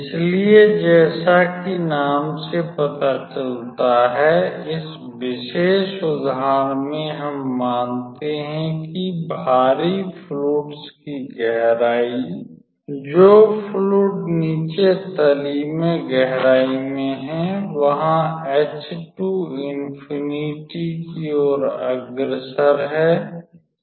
इसलिए जैसा कि नाम से पता चलता है इस विशेष उदाहरण में हम मानते हैं कि भारी फ्लुइड की गहराई जो फ्लुइड नीचे तली में गहराई मैं है वहाँ h2 इन्फ़िनिटि की ओर अग्रसर है